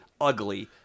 ugly